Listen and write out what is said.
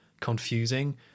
confusing